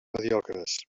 mediocres